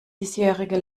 diesjährige